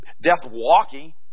death-walking